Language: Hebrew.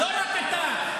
לא רק אתה.